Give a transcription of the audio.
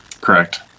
correct